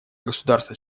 государства